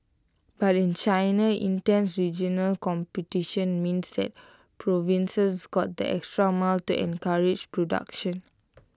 but in China intense regional competition means that provinces go the extra mile to encourage production